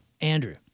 Andrew